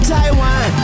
Taiwan